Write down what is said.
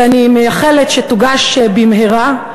שאני מייחלת שתוגש במהרה.